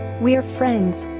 we're friends.